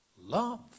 love